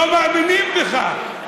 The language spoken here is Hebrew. לא מאמינים בך.